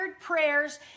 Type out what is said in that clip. prayers